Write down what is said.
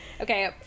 okay